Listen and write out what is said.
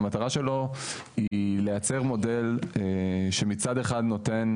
שהמטרה שלו היא לייצר מודל, שמצד אחד נותן